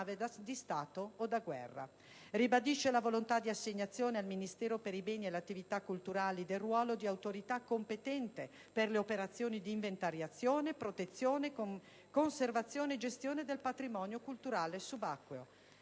o da guerra. Esso indica infine nel Ministero per i beni e le attività culturali l'autorità competente per le operazioni di inventariazione, protezione, conservazione e gestione del patrimonio culturale subacqueo.